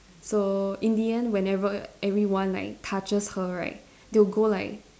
so in the end whenever everyone like touches her right they'll go like